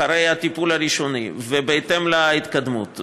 אחרי הטיפול הראשוני ובהתאם להתקדמות.